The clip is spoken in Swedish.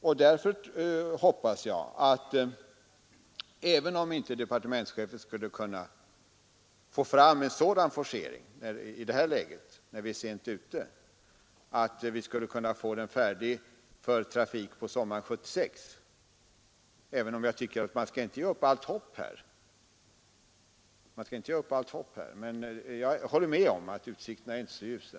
Och även om departementschefen nu inte kan företa en sådan forcering som jag här talat om, eftersom vi är så sent ute, hoppas jag ändå att vi får flygplatsen färdig för trafik sommaren 1976. Jag tycker inte att man skall ge upp allt hopp om en sådan forcering. Jag håller emellertid med om att utsikterna inte är särskilt ljusa.